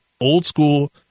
old-school